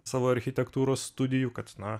savo architektūros studijų kad na